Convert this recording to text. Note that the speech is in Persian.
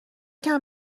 کمکم